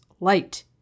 light